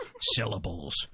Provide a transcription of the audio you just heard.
syllables